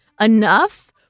enough